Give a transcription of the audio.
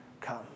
come